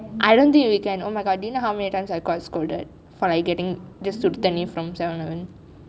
I don't think we can omg do you know how many times I have got scolded for like getting sudu thannir thannir